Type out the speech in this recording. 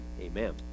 Amen